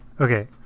okay